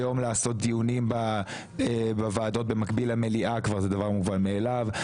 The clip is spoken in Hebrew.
היום לעשות דיונים בוועדות במקביל למליאה זה דבר מובן מאליו,